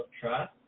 trust